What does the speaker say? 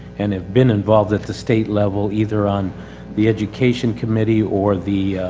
and have been involved at the state level either on the education committee or the